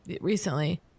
recently